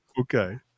Okay